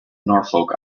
norfolk